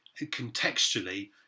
contextually